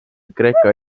kreeka